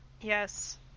yes